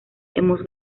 hemos